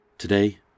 Today